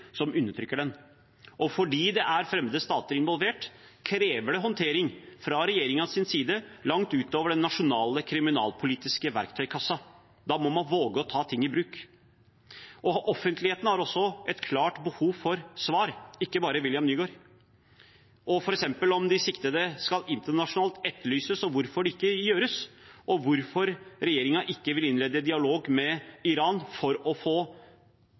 som undertrykker den. Fordi det er fremmede stater involvert, kreves det håndtering fra regjeringens side, langt utover den nasjonale kriminalpolitiske verktøykassa. Da må man våge å ta ting i bruk. Offentligheten har også et klart behov for svar, ikke bare William Nygaard – om f.eks. hvorvidt de siktede skal internasjonalt etterlyses, hvorfor det ikke gjøres, og hvorfor regjeringen ikke vil innlede dialog med Iran for å få